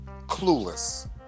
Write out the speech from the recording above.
clueless